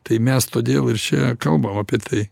tai mes todėl ir čia kalbam apie tai